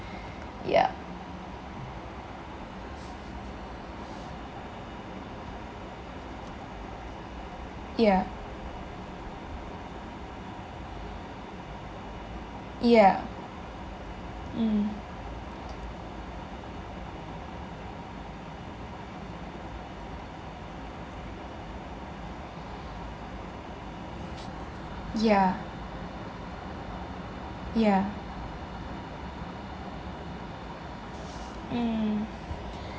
yah yah yah mm yah yah mm